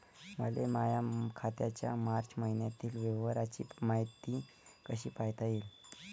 मले माया खात्याच्या मार्च मईन्यातील व्यवहाराची मायती कशी पायता येईन?